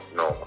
no